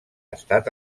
estat